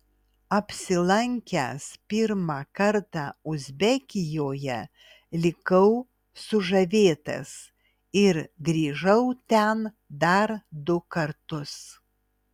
apsilankęs pirmą kartą uzbekijoje likau sužavėtas ir grįžau ten dar du kartus